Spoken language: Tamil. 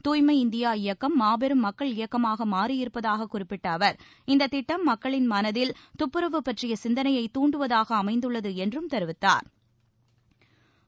தூய்மை இந்தியா இயக்கம் மாபெரும் மக்கள் இயக்கமாக மாறியிருப்பதாக குறிப்பிட்ட அவர் இந்தத் திட்டம் மக்களின் மனதில் தப்புரவு பற்றிய சிந்தனையை துண்டுவதாக அமைந்துள்ளது என்றும் தெரிவித்தா்